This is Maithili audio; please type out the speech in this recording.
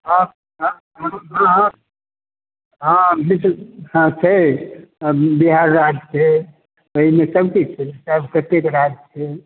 हँ हँ हँ हँ हँ हँ छै बिहार राज्य छै ओयमे सब किछ छै कते राज्य छै